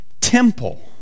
temple